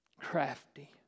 crafty